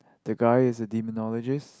the guy is a demonologist